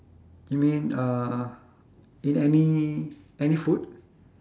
you mean uh in any any food